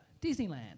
Disneyland